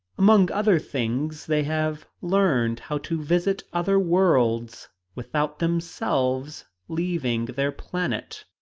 among other things, they have learned how to visit other worlds without themselves leaving their planet.